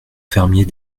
fermier